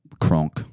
Kronk